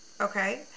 Okay